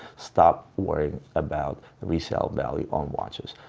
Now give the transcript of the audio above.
stop worrying about resale value on watches.